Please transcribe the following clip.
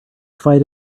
fight